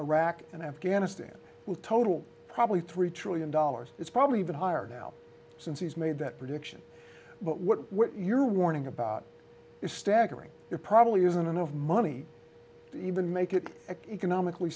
iraq and afghanistan will total probably three trillion dollars it's probably even higher now since he's made that prediction but what you're warning about is staggering there probably isn't enough money to even make it economically